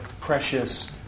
precious